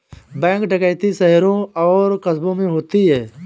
bank डकैती शहरों और कस्बों में होती है